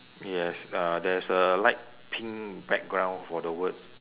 yes uh there is a light pink background for the words